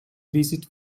visit